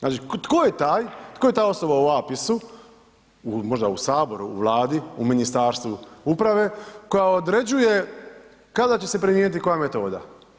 Znači, tko je taj, tko je ta osoba u APIS-u, možda u saboru, u Vladi, u Ministarstvu uprave koja određuje kada će se primijeniti koja metoda?